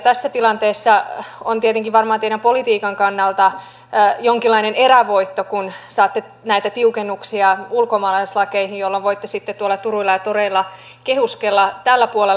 tässä tilanteessa on tietenkin varmaan teidän politiikkanne kannalta jonkinlainen erävoitto kun saatte näitä tiukennuksia ulkomaalaislakeihin jolloin voitte sitten tuolla turuilla ja toreilla kehuskella tällä puolella